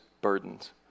burdens